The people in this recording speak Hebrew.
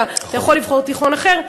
אלא אתה יכול לבחור תיכון אחר,